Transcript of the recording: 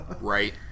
Right